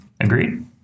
Agreed